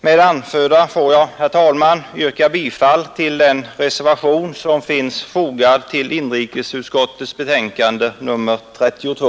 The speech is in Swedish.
Med det anförda får jag, herr talman, yrka bifall till den reservation som finns fogad till inrikesutskottets betänkande nr 32.